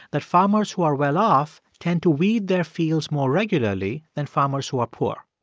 that farmers who are well-off tend to weed their fields more regularly than farmers who are poor.